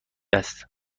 است